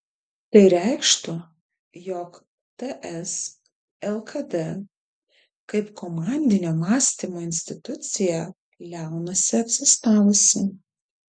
tai reikštų jog ts lkd kaip komandinio mąstymo institucija liaunasi egzistavusi